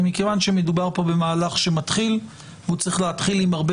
מכיוון שמדובר כאן במהלך שמתחיל והוא צריך להתחיל עם הרבה